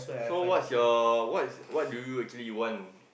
so what is your what's what do you actually want